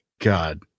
god